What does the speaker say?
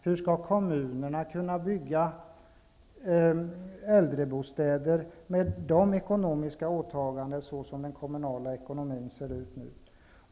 Hur skall kommunerna kunna bygga äldrebostäder med sådana ekonomiska åtaganden såsom den kommunala ekonomin nu ser ut?